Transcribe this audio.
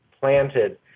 planted